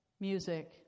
music